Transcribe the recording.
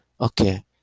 Okay